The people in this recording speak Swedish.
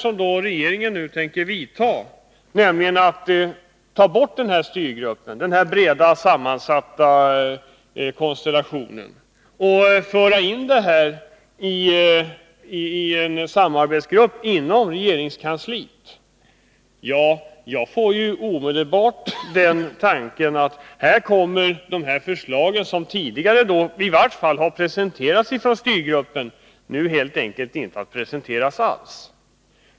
Att regeringen nu tänker avveckla styrgruppen och föra över arbetet till en samarbetsgrupp inom regeringskansliet leder omedelbart till tanken att de förslag som styrgruppen tidigare har presenterat nu inte kommer att presenteras alls.